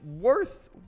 worth